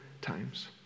times